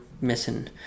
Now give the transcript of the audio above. missing